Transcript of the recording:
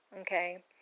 okay